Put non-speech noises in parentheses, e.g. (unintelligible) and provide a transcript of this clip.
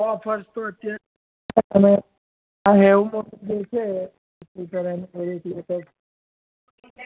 offers તો અત્યરે (unintelligible) હેવમોર ને એ છે (unintelligible)